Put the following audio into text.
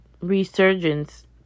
resurgence